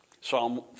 Psalm